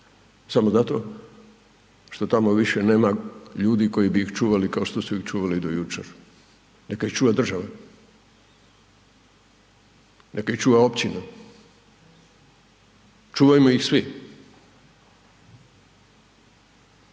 samo zato što tamo više nema ljudi koji su ih čuvali kao što su ih čuvali to jučer. Neka ih čuva država. Neka ih čuva općina. Čuvajmo ih svi.